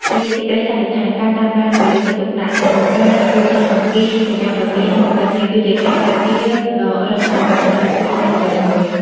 ជាសេចក្តីសន្និដ្ឋាន ការតាមដានដោយយកចិត្តទុកដាក់ និងការយល់ដឹងអំពីសញ្ញាព្រមានទាំងនេះ គឺជាខែលការពារដ៏រឹងមាំសម្រាប់គ្រួសារនីមួយៗ។